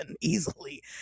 easily